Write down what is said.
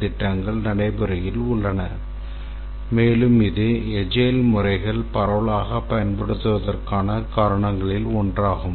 திட்டங்கள் நடைமுறையில் உள்ளன மேலும் இது எஜைல் முறைகள் பரவலாகப் பயன்படுத்தப்படுவதற்கான காரணங்களில் ஒன்றாகும்